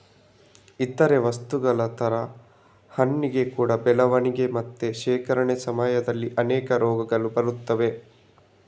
ಇತರೇ ವಸ್ತುಗಳ ತರ ಹಣ್ಣಿಗೆ ಕೂಡಾ ಬೆಳವಣಿಗೆ ಮತ್ತೆ ಶೇಖರಣೆ ಸಮಯದಲ್ಲಿ ಅನೇಕ ರೋಗಗಳು ಬರ್ತವೆ